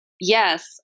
Yes